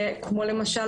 כמו למשל,